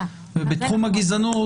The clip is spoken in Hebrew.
בתחום הגזענות,